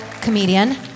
comedian